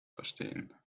verstehen